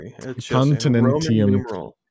Continentium